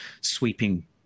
sweeping